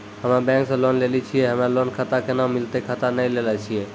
हम्मे बैंक से लोन लेली छियै हमरा लोन खाता कैना मिलतै खाता नैय लैलै छियै?